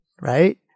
right